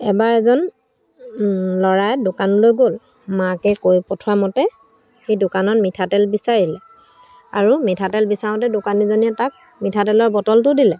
এবাৰ এজন ল'ৰা দোকানলৈ গ'ল মাকে কৈ পঠোৱামতে সি দোকানত মিঠাতেল বিচাৰিলে আৰু মিঠাতেল বিচাৰোঁতে দোকানীজনীয়ে তাক মিঠাতেলৰ বটলটো দিলে